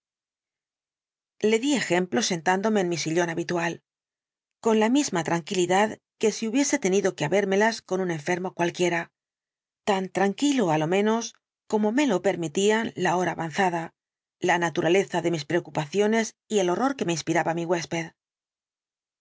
le di ejemplo sentándome en mi sillón habitual con la misma tranquilidad que si hubiese tenido que habérmelas con un enfermo cualquiera tan tranquilo alómenos como me lo permitían la hora avanzada la naturaleza de mis preocupaciones y el horror que me inspiraba mi huésped